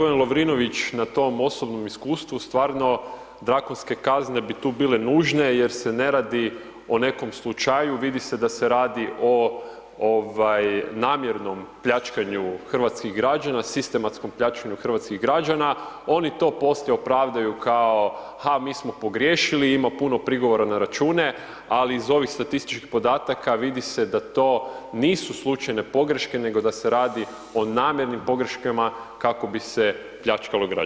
Hvala g. Lovrinović na tom osobnom iskustvu, stvarno drakonske kazne bi tu bile nužne jer se ne radi o nekom slučaju, vidi se da se radi o namjernom pljačkanju hrvatskih građana, sistematskom pljačkanju hrvatskih građana, oni to poslije opravdaju kao ha mi smo pogriješili, ima puno prigovora na račune, ali iz ovih statističkih podataka vidi se da to nisu slučajne pogreške nego da se radi o namjernim pogreškama kako bi se pljačkalo građane.